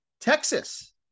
Texas